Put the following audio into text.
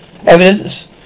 Evidence